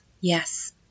Yes